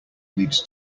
leads